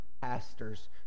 pastors